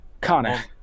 Connor